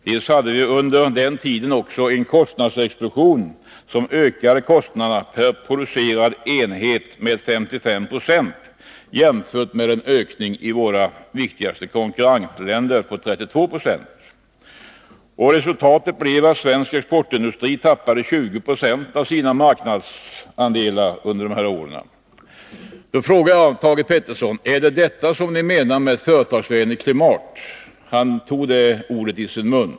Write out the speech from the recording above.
Vidare hade vi under denna Nr 175 tid en kostnadsexplosion, som ökade kostnaderna per producerad enhet med Fredagen den 55 70 jämfört med en ökning i våra viktigaste konkurrentländer på 32 70. 11 juni 1982 Resultatet blev att svensk exportindustri under åren 1974-1977 tappade 20 20 av sina marknadsandelar. Åtgärder för de Jag vill fråga Thage Peterson: Är det detta ni menar när ni talar om ett små och medelstoföretagsvänligt klimat? — Thage Peterson tog det ordet i sin mun.